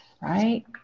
right